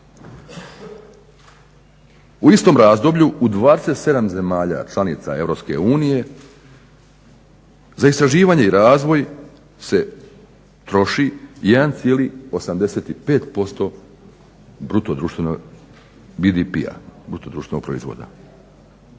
U istom razdoblju u 27 zemalja članica EU za istraživanje i razvoj se troši 1,85% BDP-a.